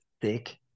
thick